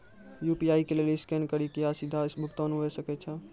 UPI के लेली scan करि के या सीधा भुगतान हुये सकै छै